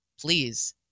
please